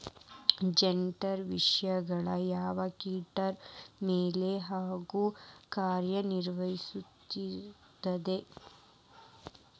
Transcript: ಜಠರ ವಿಷಗಳು ಯಾವ ಕೇಟಗಳ ಮ್ಯಾಲೆ ಹ್ಯಾಂಗ ಕಾರ್ಯ ನಿರ್ವಹಿಸತೈತ್ರಿ?